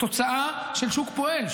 תוצאה של שוק פועל,